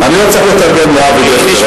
אני לא צריך לתרגם לאבי דיכטר,